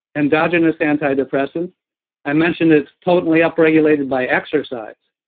endogenous antidepressant i mentioned it's potently up regulated by exercise.